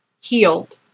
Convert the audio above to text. healed